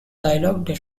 dialogue